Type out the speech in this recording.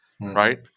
Right